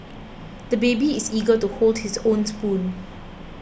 the baby is eager to hold his own spoon